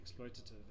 exploitative